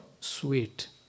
sweet